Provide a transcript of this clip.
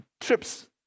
Trips